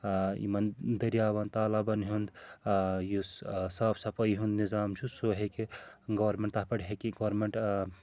آ یِمَن دٔریاوَن تالابَن ہُنٛد آ یُس آ صاف صَفٲیی ہُنٛد نِظام چھُ سُہ ہیٚکہِ گورمِٮ۪نٛٹ تَتھ پٮ۪ٹھ ہیٚکہِ گورمِٮ۪نٛٹ